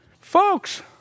folks